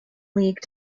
league